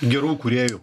gerų kūrėjų